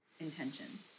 intentions